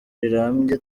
rirambye